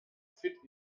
fit